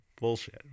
bullshit